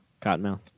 Cottonmouth